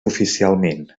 oficialment